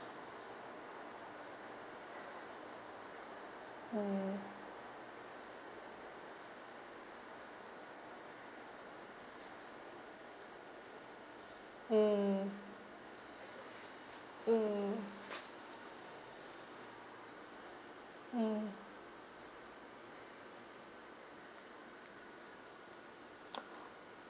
mm mm mm mm